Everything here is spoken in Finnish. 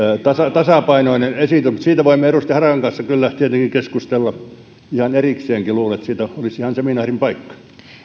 tasapainoinen esitys mutta siitä voimme edustaja harakan kanssa kyllä tietenkin keskustella ihan erikseenkin luulen että siitä olisi ihan seminaarin paikka